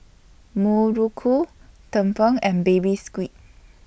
Muruku Tumpeng and Baby Squid